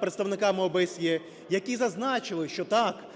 представниками ОБСЄ, які зазначили, що, так,